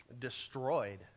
destroyed